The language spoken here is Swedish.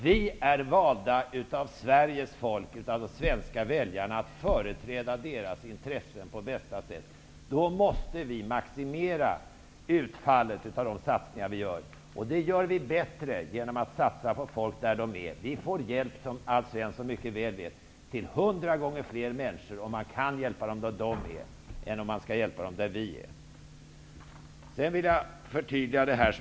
Vi är valda av Sveriges folk, av de svenska väljarna, att företräda deras intressen på bästa sätt. Då måste vi maximera utfallet av satsningar som vi gör. Det gör vi bättre genom att satsa på folk där de är. Vi får då, som Alf Svensson mycket väl vet, möjlighet att ge hjälp till 100 gånger fler människor, och de får hjälpen där de är i stället för där vi är.